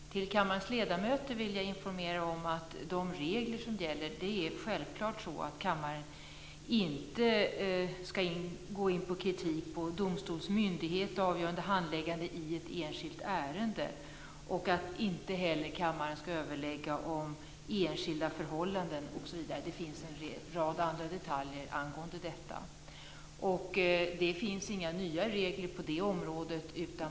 Jag vill informera kammarens ledamöter, i fråga om de regler som gäller, att kammaren självfallet inte ska gå in på kritik av domstols myndighet eller avgörande handläggning i ett enskilt ärende. Kammaren ska inte heller överlägga om enskilda förhållanden, osv. Det finns även en rad andra detaljer angående detta. Det finns inte några nya regler på det området.